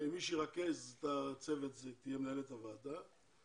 מי שירכז את הצוות תהיה מנהלת הוועדה,